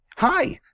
Hi